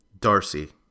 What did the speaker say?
Darcy